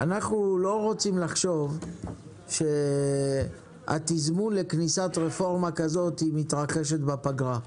אנחנו לא רוצים לחשוב שהתזמון לכניסת רפורמה כזאת מתרחשת בפגרה,